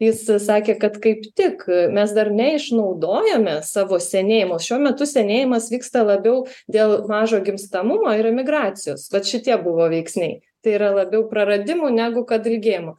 ji sakė kad kaip tik mes dar neišnaudojome savo senėjimo šiuo metu senėjimas vyksta labiau dėl mažo gimstamumo ir emigracijos vat šitie buvo veiksniai tai yra labiau praradimų negu kad regėjimu